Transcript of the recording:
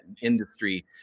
industry